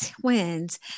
twins